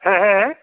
হে হে হে